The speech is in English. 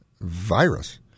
virus